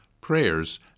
prayers